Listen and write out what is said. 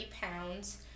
pounds